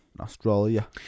australia